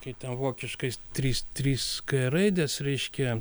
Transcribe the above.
kai ten vokiškai trys trys k raidės reiškia